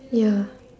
ya